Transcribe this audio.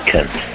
Kent